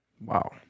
Wow